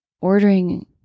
ordering